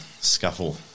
scuffle